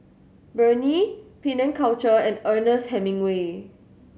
Burnie Penang Culture and Ernest Hemingway